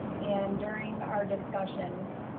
and during our discussions,